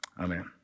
Amen